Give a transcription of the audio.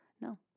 No